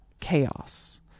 chaos